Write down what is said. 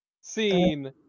scene